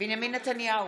בנימין נתניהו,